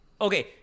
okay